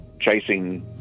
Chasing